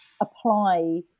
apply